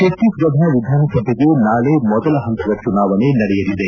ಛತ್ತೀಸ್ಗಢ ವಿಧಾನಸಭೆಗೆ ನಾಳೆ ಮೊದಲ ಹಂತದ ಚುನಾವಣೆ ನಡೆಯಲಿದೆ